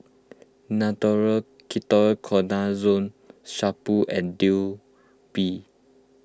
Nutren Ketoconazole Shampoo and Bee